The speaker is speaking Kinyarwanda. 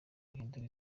guhindura